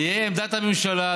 תהיה עמדת הממשלה,